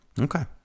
Okay